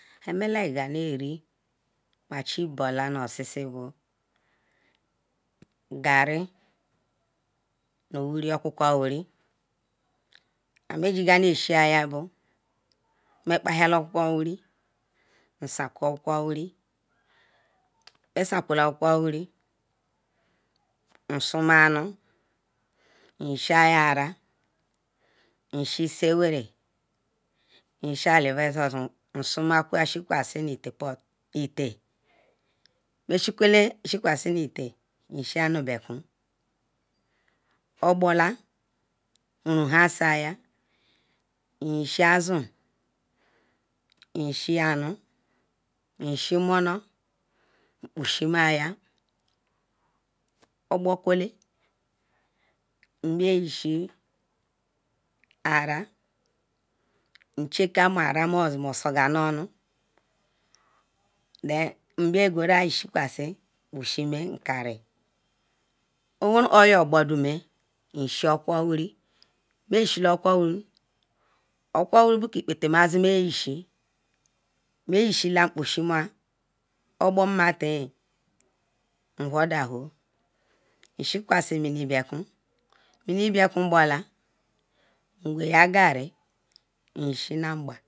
Ha ma ake ga aleri ma chi bula nu esisi bu gari nu uwun ri okuko uwuri He ba ga enshia bu ma pahiala okuku uwari mu sa ku okuku uwari ma sa kula okuku uwari, mu suma anu mu yesma yara ye shiva esi were ye shru alewa susu nu Su ma ku shika shi unete port nu ete Mu Shakula shika cu un ett mu ye shea ni buakiwy obala mu ruha sa ya mu ye stuer azuu mu ye shun anu mu ye shiy mulon, mu pushima obo kule mbr ye shit ara, cheeker mer orra mu su ka nu onu, mora gors the Shm quashe pushime nu karı owenru obo du mea ye shur kolku tetor tewart, ma Shue le okuku wari, okuku uwuri bu ipete mazu ma Shue, ma stret Shorter mu pu shu ma, obo mati mu hu da wu, mu shika shr mini brakwu mimi bratwu obola mu gori ha gari mu sti nu amba.